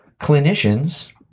Clinicians